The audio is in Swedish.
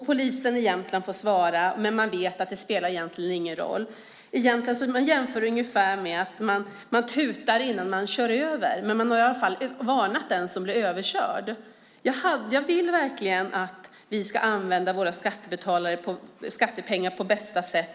Polisen i Jämtland fick svara, men man visste att det egentligen inte spelade någon roll. Det är ungefär som att tuta innan man kör över någon, så har man i alla fall varnat den som blir överkörd. Jag vill verkligen att vi ska använda våra skattepengar på bästa sätt.